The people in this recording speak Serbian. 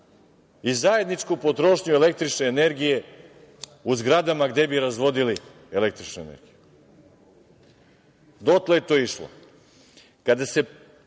i zajedničku potrošnju električne energije u zgradama gde bi razvodili električnu energiju. Dotle je to išlo. Kada